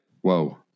Whoa